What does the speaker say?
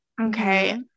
Okay